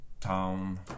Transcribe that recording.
town